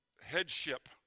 headship